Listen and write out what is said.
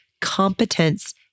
competence